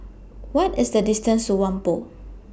What IS The distance to Whampoa